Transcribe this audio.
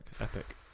Epic